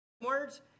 words